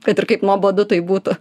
kad ir kaip nuobodu tai būtų